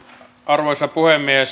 arvoisa puhemies